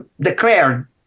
declared